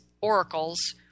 oracles –